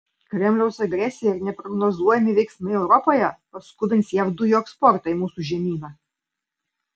kremliaus agresija ir neprognozuojami veiksmai europoje paskubins jav dujų eksportą į mūsų žemyną